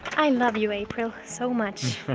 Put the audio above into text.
i love you april so much